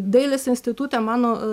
dailės institute mano